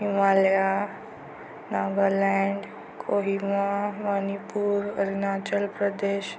Himalaya Nagaland Kohima Manipur Arunachal Pradesh